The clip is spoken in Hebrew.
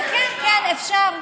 אי-אפשר.